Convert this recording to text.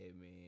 man